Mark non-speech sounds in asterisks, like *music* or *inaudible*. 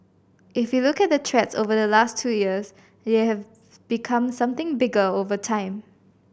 if you look at the threats over the last two years they have *noise* become something bigger over time